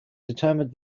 determined